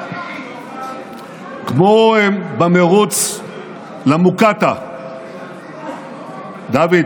כמו במרוץ למוקטעה דוד,